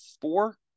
Four